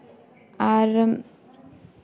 ᱟᱨ